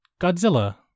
Godzilla